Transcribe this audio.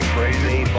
Crazy